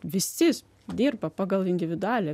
visi dirba pagal individualią